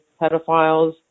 pedophiles